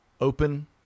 open